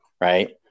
right